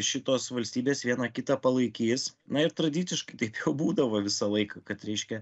šitos valstybės viena kitą palaikys na ir tradiciškai taip būdavo visą laiką kad reiškia